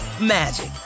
magic